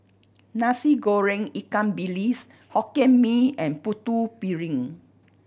Nasi Goreng ikan bilis Hokkien Mee and Putu Piring